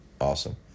Awesome